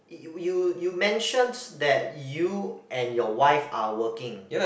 you you you mentions that you and your wife are working